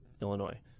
Illinois